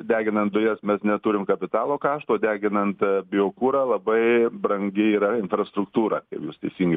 deginant dujas mes neturim kapitalo kaštų o deginant biokurą labai brangi yra infrastruktūra kaip jūs teisingai